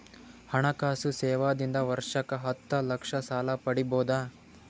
ಹಣಕಾಸು ಸೇವಾ ದಿಂದ ವರ್ಷಕ್ಕ ಹತ್ತ ಲಕ್ಷ ಸಾಲ ಪಡಿಬೋದ?